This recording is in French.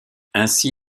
ainsi